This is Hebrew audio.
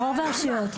רוב הרשויות.